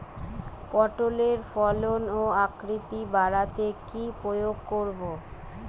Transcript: পটলের ফলন ও আকৃতি বাড়াতে কি প্রয়োগ করব?